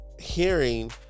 hearing